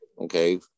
okay